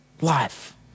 life